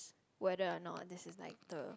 whether or not this is like the